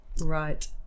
Right